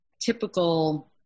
typical